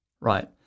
Right